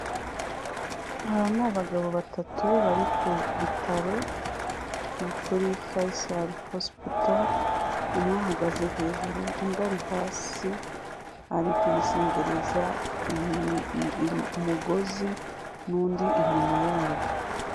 Aba ni abagabo batatu bari ku bitaro kuri Faisal hospital umwe ahagaze hejuru undi ari hasi ari kumusingiriza umugozi n'undi inyuma yabo.